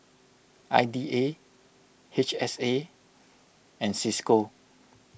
I D A H S A and Cisco